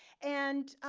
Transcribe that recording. and,